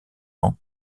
ans